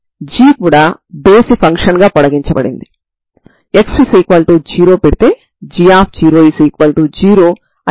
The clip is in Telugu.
ఇప్పుడు మీరు ఈ రెండు సమీకరణాలను eμa e μa eμb e μb c1 c2 0 0 గా వ్రాయవచ్చు